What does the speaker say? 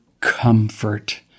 comfort